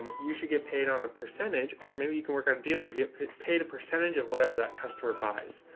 but you should get paid on a percentage. or maybe you can work out a deal where you get paid paid a percentage of whatever that customer buys.